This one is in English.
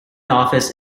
office